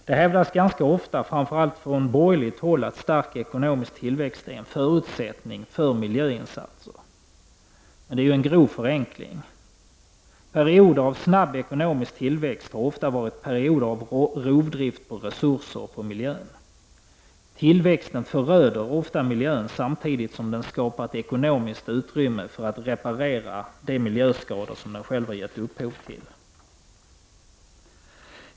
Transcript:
Det hävdas ganska ofta, framför allt från borgerligt håll, att stark ekonomisk tillväxt är en förutsättning för miljöinsatser. Men det är ju en grov förenkling. Perioder av snabb ekonomisk tillväxt har ofta varit perioder av rovdrift på resurser och på miljön. Tillväxten föröder ofta miljön, samtidigt som den skapar ett ekonomiskt utrymme för att reparera de miljöskador som den själv har gett upphov till.